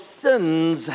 sins